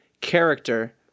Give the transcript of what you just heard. character